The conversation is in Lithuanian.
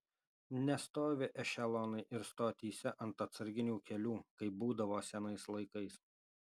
nestovi ešelonai ir stotyse ant atsarginių kelių kaip būdavo senais laikais